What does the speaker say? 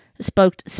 spoke